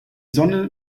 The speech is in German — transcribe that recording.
sonne